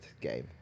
game